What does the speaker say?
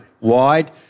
wide